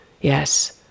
Yes